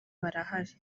barahari